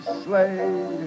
sleigh